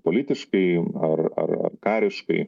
politiškai ar ar ar kariškai